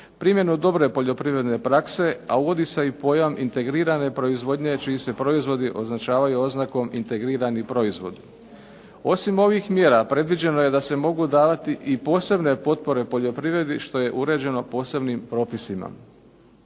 primjenu dobre poljoprivredne prakse, a uvodi se i pojam integrirane proizvodnje čiji se proizvodi označavaju oznakom integrirani proizvod. Osim ovih mjera predviđeno je da se mogu davati i posebne potpore poljoprivredi što je uređeno posebnim propisima.